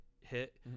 hit